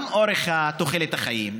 גם תוחלת החיים,